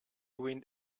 wind